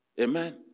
Amen